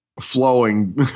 flowing